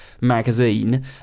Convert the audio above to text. magazine